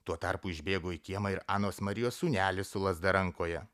tuo tarpu išbėgo į kiemą ir anos marijos sūnelis su lazda rankoje